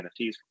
NFTs